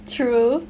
true